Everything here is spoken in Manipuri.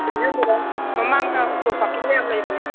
ꯂꯦꯡꯖꯟꯕꯤꯔꯛꯑꯣ ꯃꯃꯥꯡꯗ ꯑꯣꯛꯇꯣ ꯄꯥꯔꯛꯀꯤꯡꯒ ꯌꯥꯝ ꯂꯩꯕꯅꯦ